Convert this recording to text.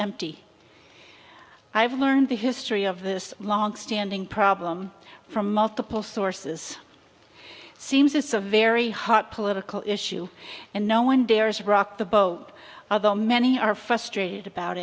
empty i've learned the history of this long standing problem from multiple sources seems it's a very hot political issue and no one dares rock the boat other many are frustrated about